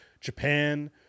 japan